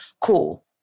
Cool